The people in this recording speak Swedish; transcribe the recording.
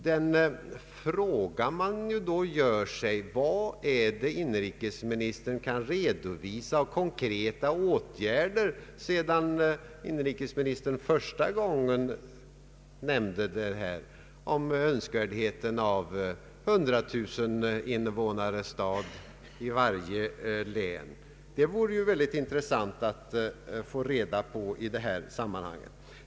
Den fråga man då gör sig är vad inrikesministern kan redovisa av konkreta åtgärder sedan inrikesministern första gången nämnde detta om önskvärdheten av en hundratuseninvånarstad i varje län. Det vore intressant att i detta sammanhang få ett svar på den frågan.